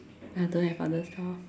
I don't have other stuff